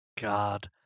god